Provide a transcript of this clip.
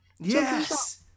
Yes